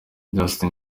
justin